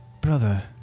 brother